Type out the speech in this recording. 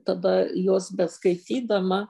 tada juos beskaitydama